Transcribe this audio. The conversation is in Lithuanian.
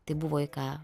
tai buvo į ką